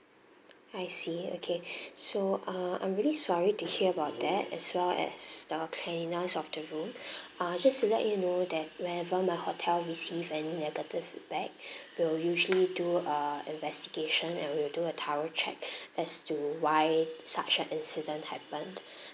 I see okay so uh I'm really sorry to hear about that as well as the cleanliness of the room ah just to let you know that whenever my hotel received any negative feedback we'll usually do a investigation and will do a thorough check as to why such an incident happened